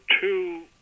two